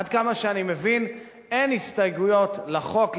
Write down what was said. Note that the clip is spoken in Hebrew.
עד כמה שאני מבין אין הסתייגויות לחוק,